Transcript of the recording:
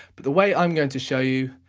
but the way i'm going to show you,